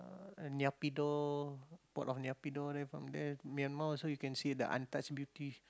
uh and Naypyidaw port of Naypyidaw then from there Myanmar also you can see the untouched beauty